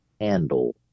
handle